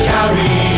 Carry